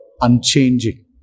unchanging